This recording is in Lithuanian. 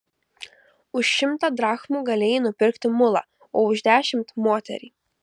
už šimtą drachmų galėjai nupirkti mulą o už dešimt moterį